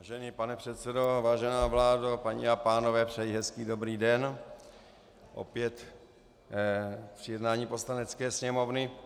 Vážený pane předsedo, vážená vládo, paní a pánové, přeji hezký dobrý den opět při jednání Poslanecké sněmovny.